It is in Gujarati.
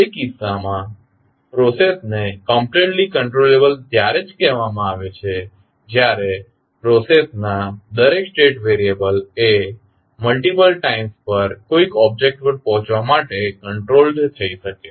તેથી તે કેસમાં પ્રોસેસને કમપ્લેટલી કંટ્રોલેબલ ત્યારે જ કહેવામાં આવે છે જ્યારે પ્રોસેસના દરેક સ્ટેટ વેરીએબલ એ મલ્ટીપલ ટાઇમસ પર કોઇક ઓબ્જેક્ટ પર પહોચવા માટે કંટ્રોલ્ડ થઇ શકે